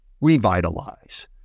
revitalize